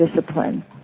discipline